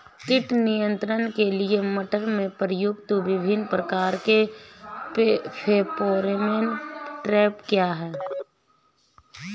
कीट नियंत्रण के लिए मटर में प्रयुक्त विभिन्न प्रकार के फेरोमोन ट्रैप क्या है?